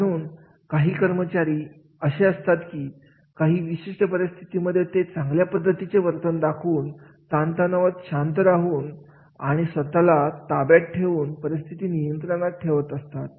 तर म्हणून काही कर्मचारी अशी असतात की काही विशिष्ट परिस्थितीमध्ये ते चांगल्या पद्धतीने वर्तन दाखवून ताणतणाव शांत राहून आणि स्वतःला ताब्यात ठेवून परिस्थिती नियंत्रणात ठेवत असतात